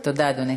תודה, אדוני.